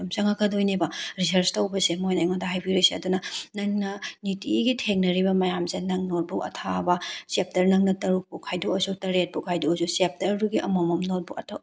ꯆꯪꯉꯛꯀꯗꯣꯏꯅꯦꯕ resource ꯇꯧꯕꯁꯦ ꯃꯣꯏꯅ ꯑꯩꯉꯣꯟꯗ ꯍꯥꯏꯕꯤꯔꯛꯏꯁꯦ ꯑꯗꯨꯅ ꯅꯪꯅ ꯅꯨꯡꯇꯤꯒꯤ ꯊꯦꯡꯅꯔꯤꯕ ꯃꯌꯥꯝꯁꯦ ꯅꯪ ꯅꯣꯠꯕꯨꯛ ꯑꯊꯥꯕ ꯆꯦꯞꯇꯔ ꯅꯪꯅ ꯇꯔꯨꯛꯄꯨ ꯈꯥꯏꯗꯣꯛꯑꯁꯨ ꯇꯔꯦꯠꯄꯨ ꯈꯥꯏꯗꯣꯛꯑꯁꯨ ꯆꯦꯞꯇꯔꯗꯨꯒꯤ ꯑꯃꯃꯝ ꯅꯣꯠꯕꯨꯛ